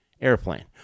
airplane